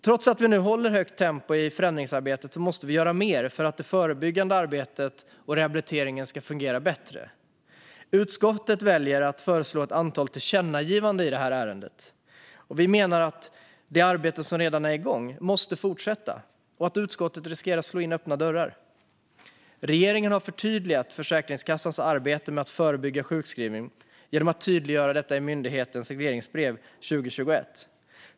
Trots att vi nu håller högt tempo i förändringsarbetet måste vi göra mer för att det förebyggande arbetet och rehabiliteringen ska fungera bättre. Utskottet väljer att föreslå ett antal tillkännagivanden i detta ärende. Vi menar att det arbete som redan är igång måste fortsätta och att utskottet riskerar att slå in öppna dörrar. Regeringen har förtydligat Försäkringskassans arbete med att förebygga sjukskrivning genom att tydliggöra detta i myndighetens regleringsbrev 2021.